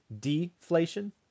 deflation